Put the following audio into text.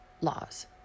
laws